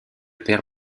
père